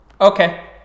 Okay